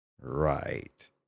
Right